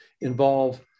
involve